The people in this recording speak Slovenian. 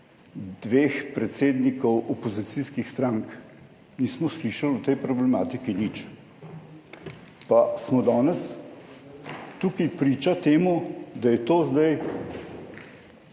dveh predsednikov opozicijskih strank, nismo slišali o tej problematiki nič, pa smo danes tukaj priča temu, da je to zdaj